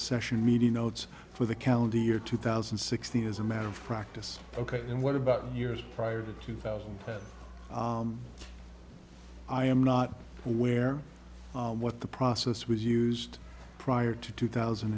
session meeting notes for the county year two thousand and sixteen as a matter of practice ok and what about the years prior to two thousand i am not aware what the process was used prior to two thousand